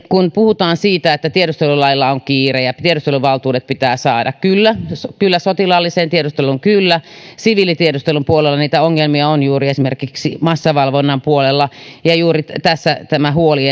kun puhutaan siitä että tiedustelulailla on kiire ja tiedusteluvaltuudet pitää saada niin kyllä sotilaalliseen tiedusteluun mutta siviilitiedustelun puolella ongelmia on juuri esimerkiksi massavalvonnan puolella juuri tässä on tämä huoli